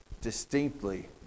distinctly